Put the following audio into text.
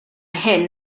hyn